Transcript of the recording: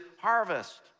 harvest